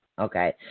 Okay